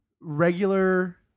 regular